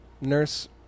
Nurse